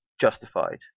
justified